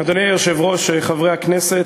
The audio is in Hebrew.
אדוני היושב-ראש, חברי הכנסת,